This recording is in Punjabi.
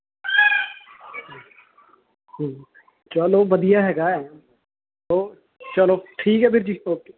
ਚਲੋ ਵਧੀਆ ਹੈਗਾ ਹੈ ਓ ਚਲੋ ਠੀਕ ਹੈ ਵੀਰ ਜੀ ਓਕੇ